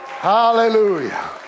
Hallelujah